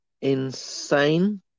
insane